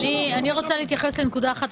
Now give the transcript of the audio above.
אני רוצה להתייחס לנקודה אחת.